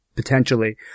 potentially